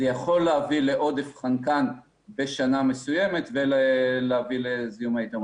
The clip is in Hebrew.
זה יכול להביא לעודף חנקן בשנה מסוימת ולהביא לזיהום מי תהום.